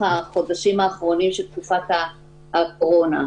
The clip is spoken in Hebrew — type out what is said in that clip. החודשים האחרונים של תקופת הקורונה.